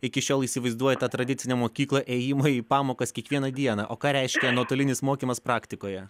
iki šiol įsivaizduoja tą tradicinę mokyklą ėjimą į pamokas kiekvieną dieną o ką reiškia nuotolinis mokymas praktikoje